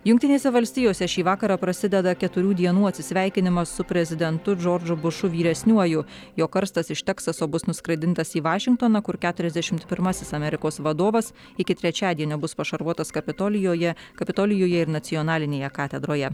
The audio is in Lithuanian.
jungtinėse valstijose šį vakarą prasideda keturių dienų atsisveikinimas su prezidentu džordžu bušu vyresniuoju jo karstas iš teksaso bus nuskraidintas į vašingtoną kur keturiasdešimt pimasis amerikos vadovas iki trečiadienio bus pašarvotas kapitolijoje kapitolijuje ir nacionalinėje katedroje